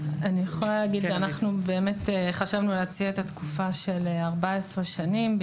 אנחנו באמת חשבנו להציע את התקופה של 14 שנים.